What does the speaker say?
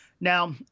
Now